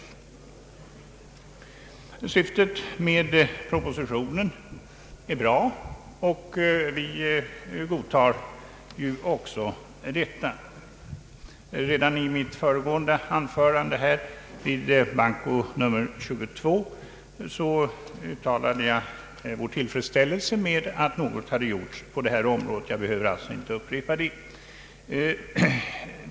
Syftet med propositionen är bra, och från vårt håll godtar vi detta. Redan i mitt första anförande vid behandlingen av bankoutskottets utlåtande nr 22 uttalade jag vår tillfredsställeise med att något hade gjorts på det här området. Jag behöver alltså inte upprepa det.